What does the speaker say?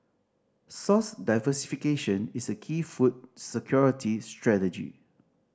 source diversification is a key food security strategy